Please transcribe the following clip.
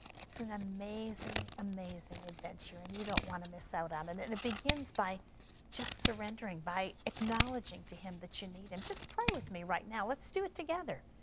it's an amazing, amazing adventure, and you don't want to miss out on it. and it and begins by just surrendering, by acknowledging to him that you need him. just pray with me right now. let's do it together.